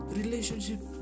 relationship